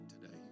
today